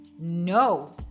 No